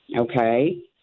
Okay